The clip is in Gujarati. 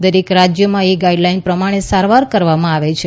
દરેક રાજ્યમાં એ ગાઇડલાઇન પ્રમાણે સારવાર કરવામાં આવે છે